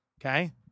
Okay